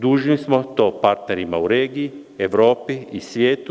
Dužni smo to partnerima u regiji, Evropi i svijetu.